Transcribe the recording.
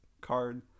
card